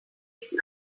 uncle